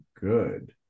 good